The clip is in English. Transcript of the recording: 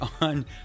on